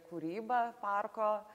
kūrybą parko